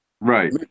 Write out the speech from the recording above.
Right